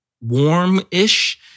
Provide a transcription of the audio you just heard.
warm-ish